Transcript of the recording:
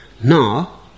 Now